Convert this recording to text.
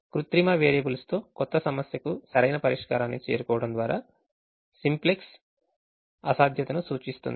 కృత్రిమ వేరియబుల్స్ తో కొత్త సమస్యకు సరైన పరిష్కారాన్ని చేరుకోవడం ద్వారా సింప్లెక్స్ అసమర్థత ను సూచిస్తుంది